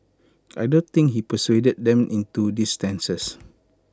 I don't think he persuaded them into these stances